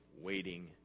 waiting